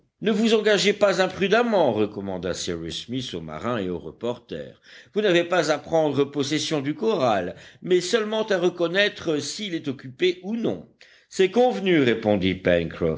ne vous engagez pas imprudemment recommanda cyrus smith au marin et au reporter vous n'avez pas à prendre possession du corral mais seulement à reconnaître s'il est occupé ou non c'est convenu répondit